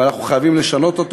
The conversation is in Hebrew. ואנחנו חייבים לשנות אותו,